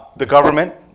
the government,